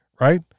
right